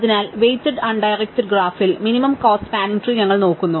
അതിനാൽ weighted undirected ഗ്രാഫിൽ minimum cost spanning tree ഞങ്ങൾ നോക്കുന്നു